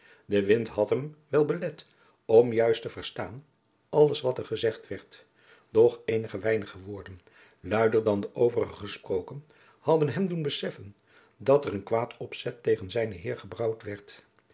de wind had hem wel belet om juist te verstaan alles wat er gezegd werd doch eenige weinige woorden luider dan de overige gesproken hadden hem doen beseffen dat er een kwaad opzet tegen zijnen